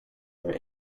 their